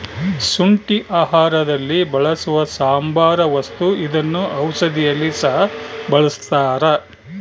ಶುಂಠಿ ಆಹಾರದಲ್ಲಿ ಬಳಸುವ ಸಾಂಬಾರ ವಸ್ತು ಇದನ್ನ ಔಷಧಿಯಲ್ಲಿ ಸಹ ಬಳಸ್ತಾರ